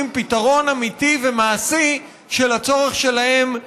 פתרון אמיתי ומעשי של הצורך שלהם בדירה.